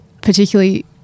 particularly